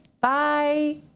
Bye